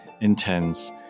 intense